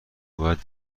باید